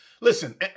Listen